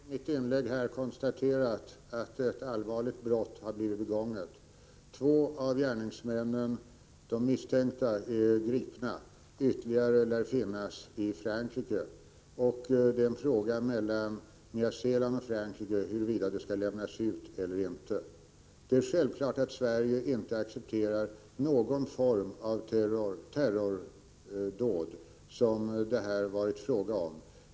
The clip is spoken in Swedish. Herr talman! Jag har i mitt inlägg konstaterat att ett allvarligt brott har blivit begånget. Två av de misstänkta gärningsmännen är gripna. Ytterligare lär finnas i Frankrike. Det är en fråga mellan Nya Zeeland och Frankrike huruvida de skall lämnas ut eller inte. Det är självklart att Sverige inte accepterar någon form av terrordåd, som det här varit fråga om.